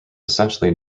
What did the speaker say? essentially